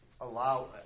allow